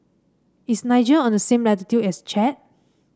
is Niger on the same latitude as Chad